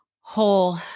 whole